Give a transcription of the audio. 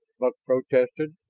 buck protested,